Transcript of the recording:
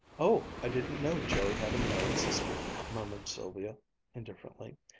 oh, i didn't know jerry had a married sister, murmured sylvia indifferently,